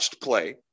play